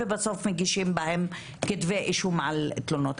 ובסוף מגישים בהם כתבי אישום על תלונות.